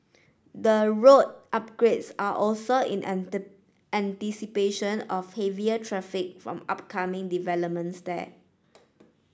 the road upgrades are also in anticipation of heavier traffic from upcoming developments there